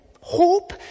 hope